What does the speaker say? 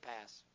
pass